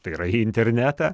tai yra į internetą